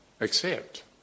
accept